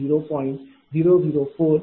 4 MVAr0